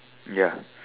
ya